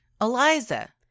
Eliza